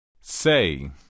Say